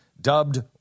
dubbed